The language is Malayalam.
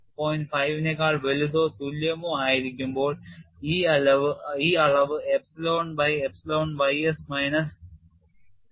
5 നേക്കാൾ വലുതോ തുല്യമോ ആയിരിക്കുമ്പോൾ ഈ അളവ് epsilon by epsilon ys minus 0